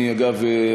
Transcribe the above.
אגב,